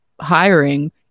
hiring